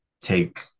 take